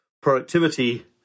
productivity